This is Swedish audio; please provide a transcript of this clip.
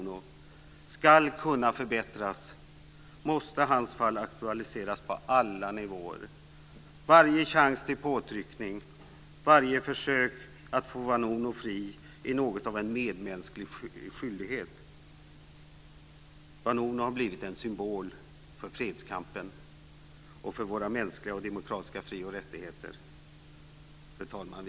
Varje chans till påtryckning och varje försök att få Vanunu fri är något av en medmänsklig skyldighet. Vanunu har blivit en symbol för fredskampen och för våra mänskliga och demokratiska fri och rättigheter. Fru talman!